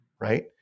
right